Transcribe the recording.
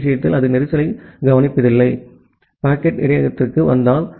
B விஷயத்தில் அது நெரிசலைக் கவனிப்பதில்லை பாக்கெட் இடையகத்திற்கு வந்தால்